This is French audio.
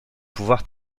pouvoir